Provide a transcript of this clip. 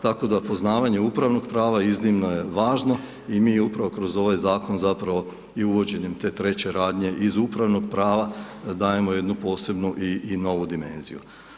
Tako da poznavanje upravnog prava iznimno je važno i mi upravo kroz ovaj Zakon i uvođenjem te treće radnje iz upravnog prava, dajemo jednu posebnu i novu dimenziju.